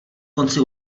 konci